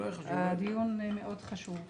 הדיון מאוד חשוב.